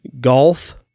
golf